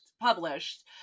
published